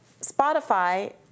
Spotify